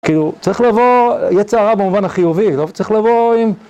כאילו, צריך לבוא יצר הרע במובן החיובי, כאילו, צריך לבוא עם...